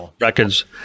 Records